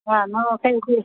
ആ എന്നാല് ഓക്കെ ചേച്ചീ